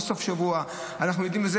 אנחנו מתבלבלים.